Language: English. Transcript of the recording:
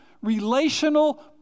relational